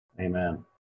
Amen